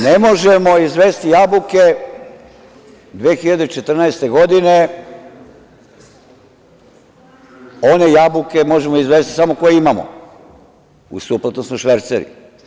Ne možemo izvesti jabuke 2014. godine, one jabuke možemo izvesti samo koje imamo, u suprotnom smo šverceri.